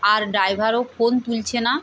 আর ড্রাইভারও ফোন তুলছে না